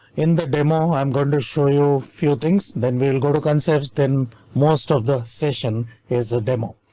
in the demo i'm going to show you few things. then we will go to concerts. then most of the session is a demo.